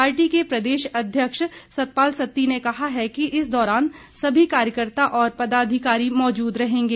party के प्रदेश अध्यक्ष सतपाल सत्ती ने कहा है कि इस दौरान सभी कार्यकर्ता और पदाधिकारी मौजूद रहेंगे